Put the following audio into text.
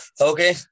Okay